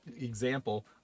example